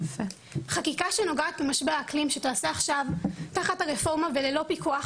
חקיקה שנוגעת למשבר האקלים שתעשה עכשיו תחת הרפורמה וללא פיקוח,